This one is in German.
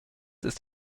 ist